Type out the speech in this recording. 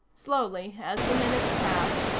slowly, as the minutes passed,